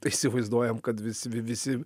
tai įsivaizduojam kad visi visi